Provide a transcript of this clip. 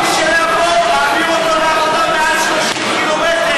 מי שלא יכול, תעביר אותו לעבודה מעל 30 קילומטר.